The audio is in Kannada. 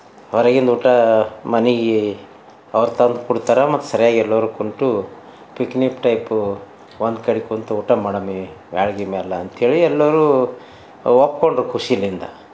ಹೊರಗಿಂದು ಊಟ ಮನೆಗೆ ಅವ್ರು ತಂದು ಕೊಡ್ತಾರೆ ಮತ್ತು ಸರಿಯಾಗಿ ಎಲ್ಲರೂ ಕುಂತು ಪಿಕ್ನಿಕ್ ಟೈಪು ಒಂದು ಕಡೆ ಕೂತು ಊಟ ಮಾಡಮಿ ಮಾಳ್ಗೆ ಮೇಲೆ ಅಂತ ಹೇಳಿ ಎಲ್ಲರೂ ಒಪ್ಪಿಕೊಂಡ್ರು ಖುಷಿಯಿಂದ